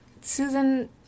Susan